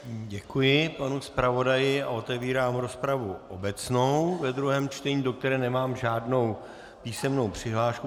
Děkuji panu zpravodaji a otevírám rozpravu obecnou ve druhém čtení, do které nemám žádnou písemnou přihlášku.